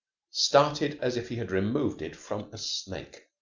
started as if he had removed it from a snake.